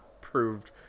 proved